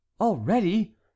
Already